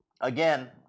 again